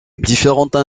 différentes